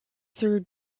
through